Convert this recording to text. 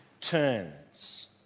turns